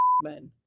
men